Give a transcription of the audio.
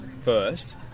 first